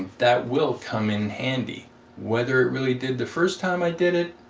that will come in handy whether it really did the first time i did it?